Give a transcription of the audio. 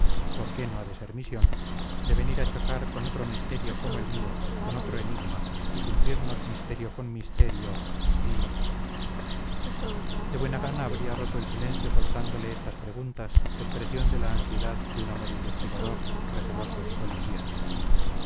por qué no ha de ser misión de venir a chocar con otro misterio como el mío con otro enigma y fundirnos misterio con misterio y de buena gana habría roto el silencio soltándole estas preguntas expresión de la ansiedad de un amor investigador receloso policiaco